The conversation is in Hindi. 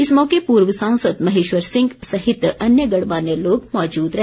इस मौके पूर्व सांसद महेश्वर सिंह सहित अन्य गणमान्य लोग मौजूद रहे